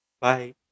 Bye